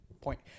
point